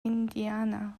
indiana